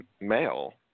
male